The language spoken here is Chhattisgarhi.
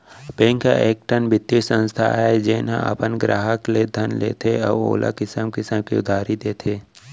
बेंक ह एकठन बित्तीय संस्था आय जेन ह अपन गराहक ले धन लेथे अउ ओला किसम किसम के उधारी देथे